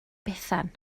bethan